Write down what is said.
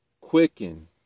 Quicken